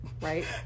Right